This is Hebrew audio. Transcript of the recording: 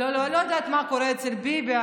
לא, לא יודעת מה קורה אצל ביבי.